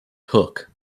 hook